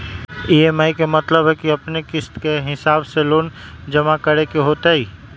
EMI के मतलब है कि अपने के किस्त के हिसाब से लोन जमा करे के होतेई?